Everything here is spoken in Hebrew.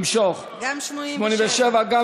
גם 87 למשוך.